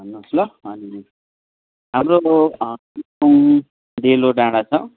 भन्नुहोस् ल अनि हाम्रो डेलो डाँडा छ